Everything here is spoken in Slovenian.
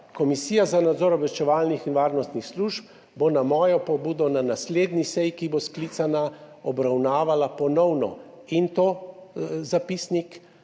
Komisija za nadzor obveščevalnih in varnostnih služb bo na mojo pobudo na naslednji seji, ki bo sklicana, obravnavala ponovno, in to zapisnik